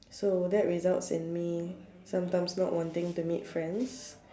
so that results in me sometimes not wanting to meet friends